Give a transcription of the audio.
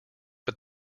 but